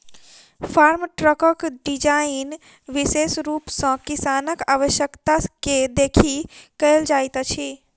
farm ट्रकक design विशेष रूप सॅ किसानक आवश्यकता के देखि कयल जाइत अछि